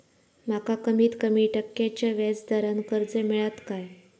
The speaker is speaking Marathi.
माका कमीत कमी टक्क्याच्या व्याज दरान कर्ज मेलात काय?